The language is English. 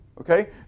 okay